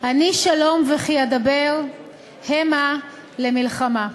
"אני שלום וכי אדבר המה למלחמה".